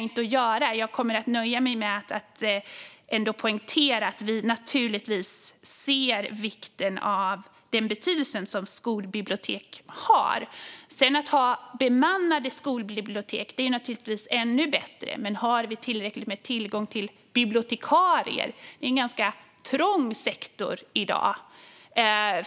Jag nöjer mig med att poängtera att vi ser den betydelse som skolbibliotek har. Att ha bemannade skolbibliotek är naturligtvis ännu bättre. Men har vi tillgång till tillräckligt med bibliotekarier? Det är en ganska trång sektor i dag.